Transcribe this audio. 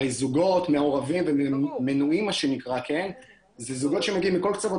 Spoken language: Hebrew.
הרי זוגות ומעורבים מה שנקרא אלה זוגות שמגיעים מכל קצוות